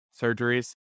surgeries